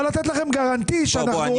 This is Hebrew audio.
לתת לכם גרנטי שאנחנו רואים עין בעין.